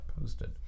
posted